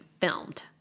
filmed